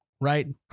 right